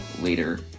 later